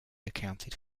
accounted